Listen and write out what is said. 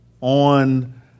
on